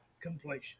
completion